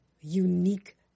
unique